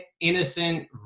innocent